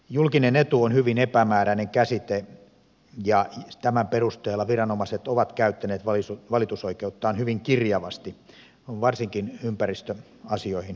julkinen etu on hyvin epämääräinen käsite ja tämän perusteella viranomaiset ovat käyttäneet valitusoikeuttaan hyvin kirjavasti varsinkin ympäristöasioihin vedoten